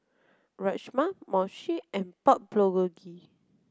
Rajma Mochi and Pork Bulgogi